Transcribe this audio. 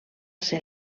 ser